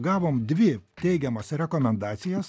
gavom dvi teigiamas rekomendacijas